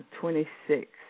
Twenty-six